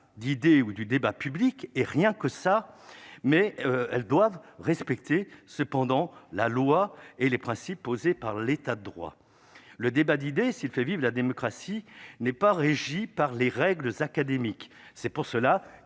d'idées ou du débat public et rien que ça, mais elles doivent respecter cependant la loi et les principes posés par l'État de droit, le débat d'idées s'il fait vivre la démocratie n'est pas régi par les règles académiques, c'est pour cela